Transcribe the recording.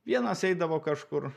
vienas eidavo kažkur